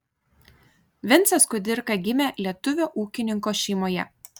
vincas kudirka gimė lietuvio ūkininko šeimoje